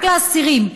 רק לאסירים.